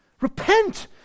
Repent